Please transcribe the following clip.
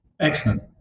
Excellent